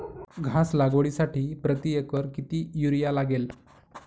घास लागवडीसाठी प्रति एकर किती युरिया लागेल?